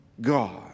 God